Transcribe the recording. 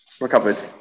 recovered